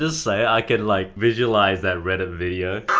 say i can like visualize that reddit video?